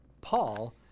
Paul